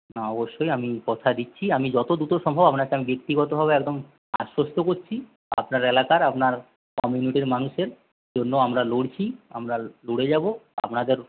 হ্যাঁ অবশ্যই আমি কথা দিচ্ছি আমি যত দ্রুত সম্ভব আপনাকে আমি ব্যক্তিগতভাবে একদম আশ্বস্ত করছি আপনার এলাকার আপনার কমিউনিটির মানুষের জন্য আমরা লড়ছি আমরা লড়ে যাবো আপনাদের